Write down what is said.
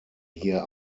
hier